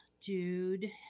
dude